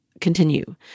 continue